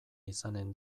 izanen